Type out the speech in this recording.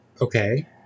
Okay